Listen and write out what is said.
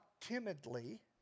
timidly